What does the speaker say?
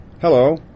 Hello